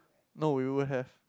no we will have